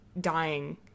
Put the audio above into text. dying